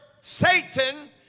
Satan